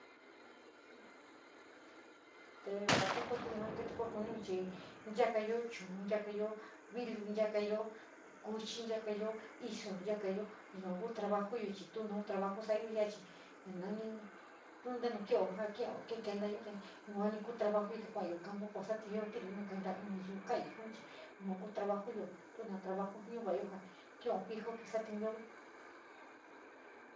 Te va tu kuítí nao kití kuniá chi chakayo choun, choukayo vitu, nchakayo cuchi, nchakayo iso, nchakayo, yua ku trabajo yo chií tuo maa souou yua chií momoí tuo, intenu kitó, soukiví keiyaa yount kuu tabouyo yo te kuuayo canpu nu kouou satiinu yá kuuá chi naiyú kafu jio yua kou tabayou tuo nataa, bafo nuvaayo kío fijo satiuyo ví.